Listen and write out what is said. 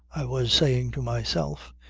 i was saying to myself,